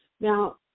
Now